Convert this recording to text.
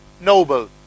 noble